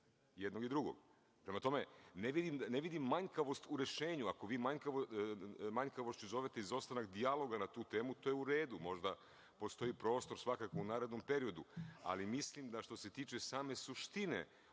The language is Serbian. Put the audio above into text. jednog i drugog. Prema tome, ne vidim manjkavost u rešenju. Ako manjkavošću zovete izostanak dijaloga na tu temu, to je u redu. Možda postoji prostor svakako u narednom periodu, ali mislim da, što se tiče same suštine